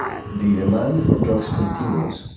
the demand for drugs continues,